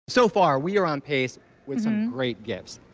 so far we are on pace with some great gifts.